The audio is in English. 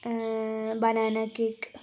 banana cake